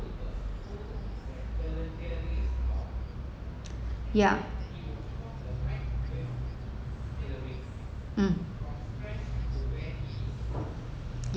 yeah mm